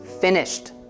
finished